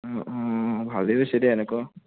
ভালেই হৈছে দেই এনেকুৱা